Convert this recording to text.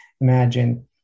Imagine